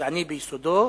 גזעני ביסודו,